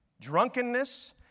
Drunkenness